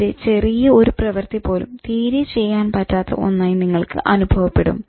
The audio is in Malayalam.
വളരെ ചെറിയ ഒരു പ്രവൃത്തി പോലും തീരെ ചെയ്യാൻ പറ്റാത്ത ഒന്നായി നിങ്ങൾക്ക് അനുഭവപ്പെടും